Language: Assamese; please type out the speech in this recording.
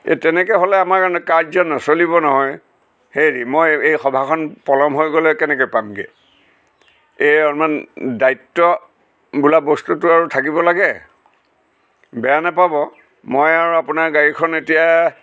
এই তেনেকৈ হ'লে আমাৰ কাৰ্য নচলিব নহয় হেৰি মই এই সভাখন পলম হৈ গ'লে কেনেকৈ পামগৈ এই অলপমান দায়িত্ব বোলা বস্তুটো আৰু থাকিব লাগে বেয়া নাপাব মই আৰু আপোনাৰ গাড়ীখন এতিয়া